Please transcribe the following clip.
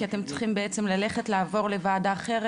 כי אתם צריכים בעצם לעבור לוועדה אחרת.